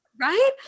right